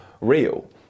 real